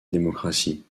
démocratie